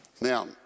Now